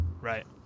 right